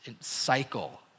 cycle